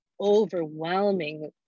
overwhelming